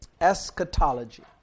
Eschatology